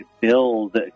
build